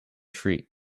street